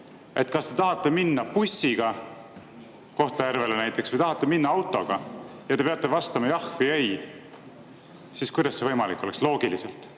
kas te tahate minna bussiga – Kohtla-Järvele näiteks – või tahate minna autoga, ja te peate vastama jah või ei, siis kuidas oleks see loogiliselt